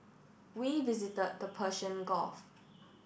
we visit the Persian Gulf